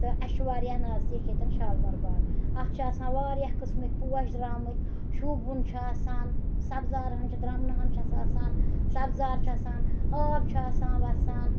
تہٕ اَسہِ چھُ واریاہ نَزدیٖک ییٚتٮ۪ن شالمور باغ اَتھ چھِ آسان واریاہ قٕسمٕکۍ پوش درٛامٕتۍ شوٗبہٕ وُن چھُ آسان سَبزار ہَن چھِ درٛمنہٕ ہَن چھَس آسان سَبزار چھُ آسان آب چھُ آسان وَسان